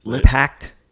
packed